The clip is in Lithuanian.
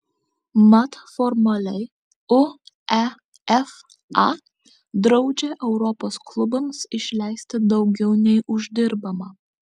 mat formaliai uefa draudžia europos klubams išleisti daugiau nei uždirbama